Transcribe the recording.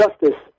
justice